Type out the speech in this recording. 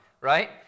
right